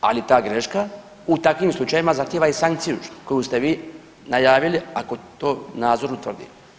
Ali ta greška u takvim slučajevima zahtjeva i sankciju koju ste vi najavili ako to nadzor utvrdi.